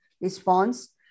response